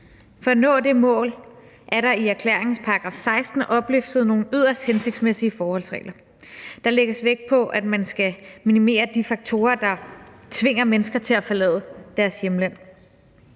For at nå det mål er der i erklæringens paragraf 16 oplistet nogle yderst hensigtsmæssige forholdsregler. Der lægges vægt på, at man skal minimere de faktorer, der tvinger mennesker til at forlade deres hjemland.